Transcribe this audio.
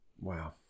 Wow